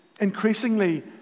increasingly